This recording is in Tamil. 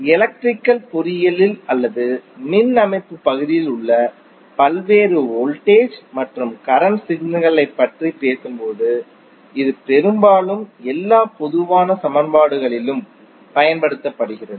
எலக்ட்ரிக்கல் பொறியியலில் அல்லது மின் அமைப்பு பகுதியில் உள்ள பல்வேறு வோல்டேஜ் மற்றும் கரண்ட் சிக்னல்களைப் பற்றி பேசும்போது இது பெரும்பாலும் எல்லா பொதுவான சமன்பாடுகளிலும் பயன்படுத்தப்படுகிறது